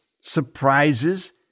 surprises